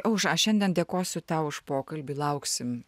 aušra aš šiandien dėkosiu tau už pokalbį lauksim